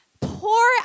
pour